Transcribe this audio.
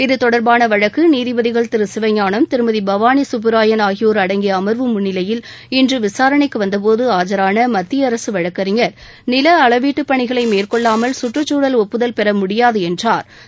இது தொடர்பான வழக்கு நீதிபதிகள் திரு சிவஞானம் திருமதி பவானி சுப்புராயன் ஆகியோர் அடங்கிய அமா்வு முன்னிலையில் இன்று விசாரணைக்கு வந்தபோது இஆஜரான மத்திய அரசு வழக்கறிஞர் நில அளவீட்டுப் பணிகளை மேற்கொள்ளாமல் சுற்றுச்சூழல் ஒப்புதல் பெற முடியாது என்றா்